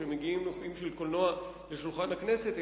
כשמגיעים נושאים של קולנוע לשולחן הכנסת,